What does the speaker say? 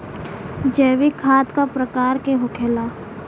जैविक खाद का प्रकार के होखे ला?